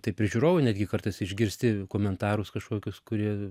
taip ir žiūrovai netgi kartais išgirsti komentarus kažkokius kurie